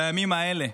בימים האלה,